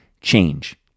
change